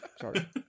Sorry